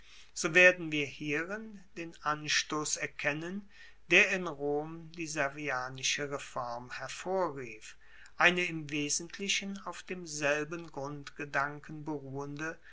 so werden wir hierin den anstoss erkennen der in rom die servianische reform hervorrief eine im wesentlichen auf demselben grundgedanken beruhende